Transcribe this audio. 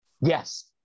Yes